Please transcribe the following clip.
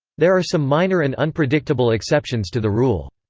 there are some minor and unpredictable exceptions to the rule.